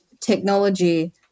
technology